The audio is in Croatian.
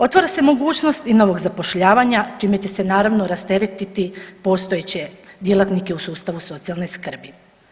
Otvara se mogućnost i novog zapošljavanja čime će se naravno rasteretiti postojeće djelatnike u sustavu socijalne skrbi.